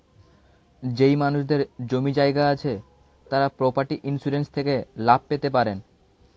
যেই মানুষদের জমি জায়গা আছে তারা প্রপার্টি ইন্সুরেন্স থেকে লাভ পেতে পারেন